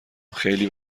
خیلی